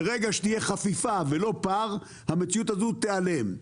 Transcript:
ברגע שתהיה חפיפה ולא פער, המציאות הזו תיעלם.